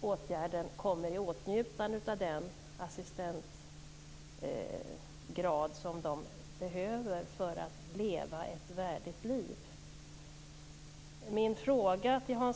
åtgärden kommer i åtnjutande av den assistansgrad som de behöver för att leva ett värdigt liv.